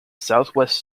southwest